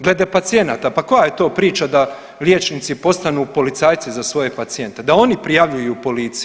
Glede pacijenata, pa koja je to priča da liječnici postanu policajci za svoje pacijente, da oni prijavljuju policiji.